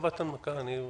ה"נימוקים מיוחדים שיירשמו",